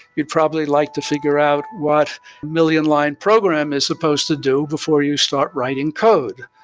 you'd probably like to figure out what million line program is supposed to do before you start writing code.